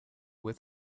with